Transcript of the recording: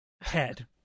head